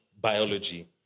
biology